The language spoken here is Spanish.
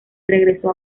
regresó